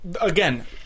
again